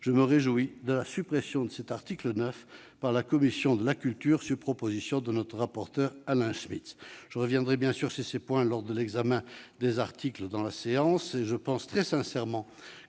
je me réjouis de la suppression de cet article 9 par la commission de la culture, sur proposition de notre collègue rapporteur Alain Schmitz. Je reviendrai sur ces points lors de l'examen des articles, mais je pense